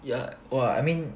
ya !wah! I mean